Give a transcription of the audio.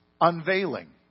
unveiling